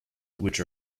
which